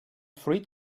fruit